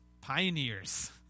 pioneers